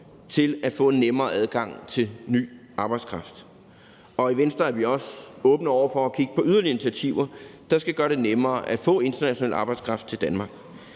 til at få en nemmere adgang til ny arbejdskraft. I Venstre er vi også åbne over for at kigge på yderligere initiativer, der skal gøre det nemmere at få international arbejdskraft til Danmark.